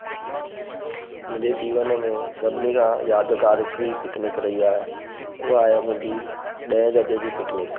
मुंहिंजे जीवन में सभिनी खां यादगारु हिकिड़ी पिकनिक रही आहे उहा आहे मुंहिंजी ॾहें दर्जे जी पिकनिक